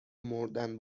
مردن